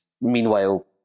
meanwhile